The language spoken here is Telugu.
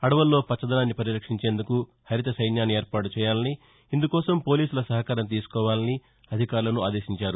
అదవుల్లో పచ్చదనాన్ని పరిరక్షించేందుకు హరిత సైన్యాన్ని ఏర్పాటు చేయాలని ఇందుకోసం పోలీసుల సహకారం తీసుకోవాలని అధికారులను ఆదేశించారు